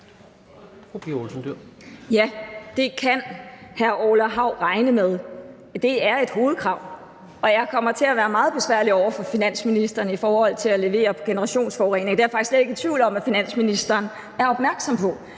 Ja, det kan hr. Orla Hav regne med. Det er et hovedkrav, og jeg kommer til at være meget besværlig over for finansministeren i forhold til at levere på generationsforurening. Det er jeg faktisk slet ikke i tvivl om at finansministeren er opmærksom på.